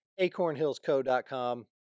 acornhillsco.com